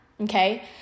okay